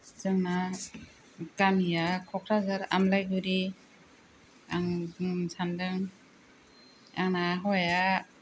जोंना गामिया क'क्राझार आमलायगुरि आं जोनोम जादों आंना हौवाया